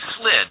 slid